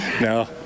No